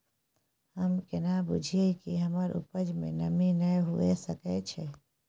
हम केना बुझीये कि हमर उपज में नमी नय हुए सके छै?